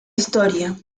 historia